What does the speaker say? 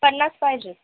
पन्नास पाहिजेत